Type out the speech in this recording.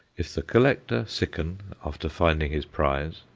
if the collector sicken after finding his prize,